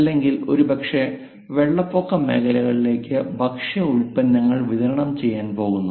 അല്ലെങ്കിൽ ഒരുപക്ഷേ വെള്ളപ്പൊക്ക മേഖലകളിലേക്ക് ഭക്ഷ്യ ഉൽപന്നങ്ങൾ വിതരണം ചെയ്യാൻ പോകുന്നു